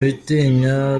witinya